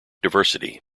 diversity